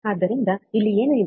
ಆದ್ದರಿಂದ ಇಲ್ಲಿ ಏನು ಇದೆ